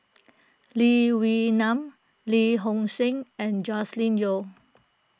Lee Wee Nam Lee Hong Seng and Joscelin Yeo